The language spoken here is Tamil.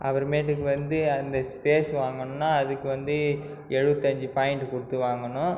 அப்புறமேட்டுக்கு வந்து அந்த ஸ்பேஸ் வாங்கணும்னால் அதுக்கு வந்து எழுபத்தி அஞ்சு பாயிண்ட் கொடுத்து வாங்கணும்